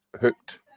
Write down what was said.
hooked